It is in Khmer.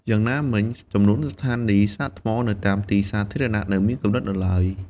យ៉ាងណាមិញ ចំនួនស្ថានីយ៍សាកថ្មនៅតាមទីសាធារណៈនៅមានកម្រិតនៅឡើយ។